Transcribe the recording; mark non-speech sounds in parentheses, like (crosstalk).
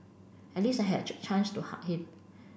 at least I had (unintelligible) chance to hug him